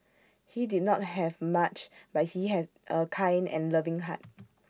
he did not have much but he had A kind and loving heart